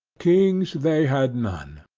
kings they had none,